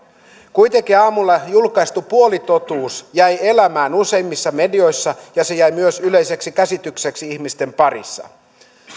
kuitenkin aamulla julkaistu puolitotuus jäi elämään useimmissa medioissa ja se jäi myös yleiseksi käsitykseksi ihmisten parissa